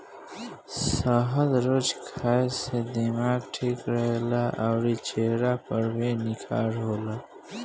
शहद रोज खाए से दिमाग ठीक रहेला अउरी चेहरा पर भी निखार आवेला